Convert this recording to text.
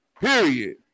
period